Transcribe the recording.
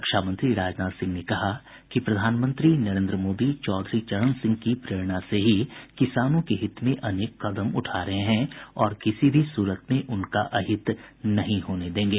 रक्षामंत्री राजनाथ सिंह ने कहा है कि प्रधानमंत्री नरेन्द्र मोदी चौधरी चरण सिंह की प्रेरणा से ही किसानों के हित में अनेक कदम उठा रहे हैं और किसी भी सूरत में उनका अहित नहीं होने देंगे